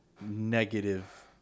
negative